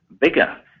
bigger